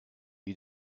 you